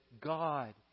God